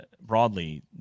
broadly